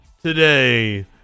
today